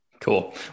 Cool